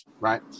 Right